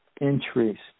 interest